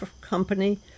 company